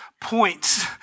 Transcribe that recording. points